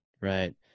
right